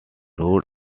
road